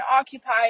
occupied